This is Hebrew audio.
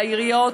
לעיריות,